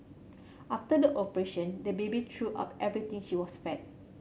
after the operation the baby threw up everything she was fed